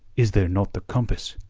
is there not the compass?